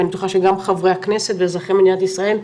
ואני בטוחה שגם חברי הכנסת ואזרחי מדינת ישראל,